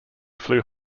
flew